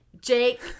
Jake